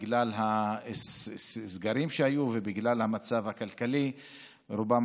בגלל הסגרים שהיו ובגלל המצב הכלכלי רובם